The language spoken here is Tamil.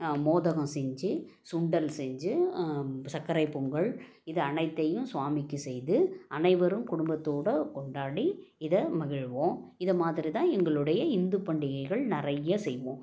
மோதகம் செஞ்சு சுண்டல் செஞ்சு சக்கரைப் பொங்கல் இது அனைத்தையும் ஸ்வாமிக்கு செய்து அனைவரும் இதை மகிழ்வோம் இது மாதிரி தான் எங்களுடைய இந்து பண்டிகைகள் நிறைய செய்வோம்